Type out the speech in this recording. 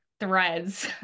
threads